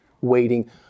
waiting